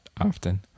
often